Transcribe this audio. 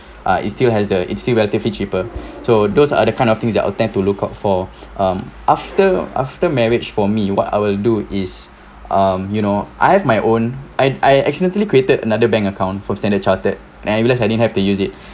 ah it still has the is still relatively cheaper so those are the kind of things that I'll tend to look out for um after after marriage for me what I will do is um you know I have my own I I accidentally created another bank account from Standard Chartered then I realised I didn't have to use it